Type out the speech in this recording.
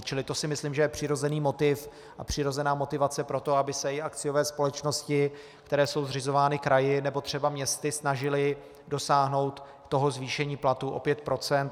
Čili to si myslím, že je přirozený motiv a přirozená motivace pro to, aby se i akciové společnosti, které jsou zřizovány kraji nebo třeba městy, snažily dosáhnout toho zvýšení platů o 5 %.